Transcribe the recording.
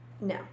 No